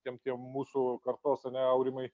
tiem tiem mūsų kartos ar ne aurimai